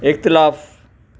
इख़्तिलाफ़ु